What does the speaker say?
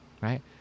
Right